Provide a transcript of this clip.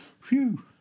Phew